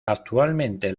actualmente